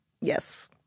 Yes